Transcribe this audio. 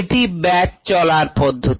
এটি ব্যাচ চলার পদ্ধতি